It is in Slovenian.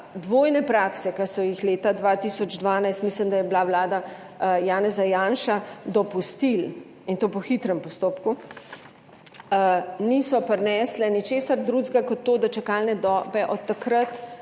dvojne prakse, ki so jih leta 2012, mislim, da je bila vlada Janeza Janše, dopustili, in to po hitrem postopku, niso prinesle ničesar drugega kot to, da čakalne dobe od takrat